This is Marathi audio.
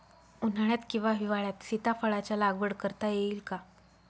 उन्हाळ्यात किंवा हिवाळ्यात सीताफळाच्या लागवड करता येईल का?